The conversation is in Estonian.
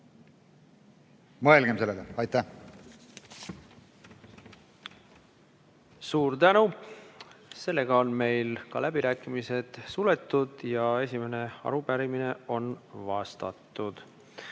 Mõelgem sellele! Aitäh!